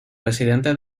presidente